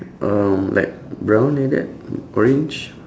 um like brown like that orange